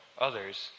others